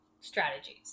strategies